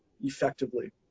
effectively